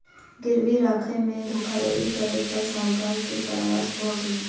गिरवी राखय में धोखाधड़ी करै पर साहूकार के कारावास भ गेलैन